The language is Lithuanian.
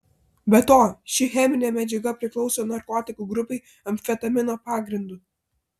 be to ši cheminė medžiaga priklauso narkotikų grupei amfetamino pagrindu